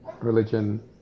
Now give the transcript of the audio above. religion